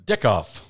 Dickoff